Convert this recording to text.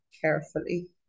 carefully